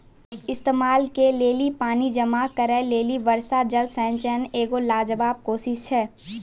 इस्तेमाल के लेली पानी जमा करै लेली वर्षा जल संचयन एगो लाजबाब कोशिश छै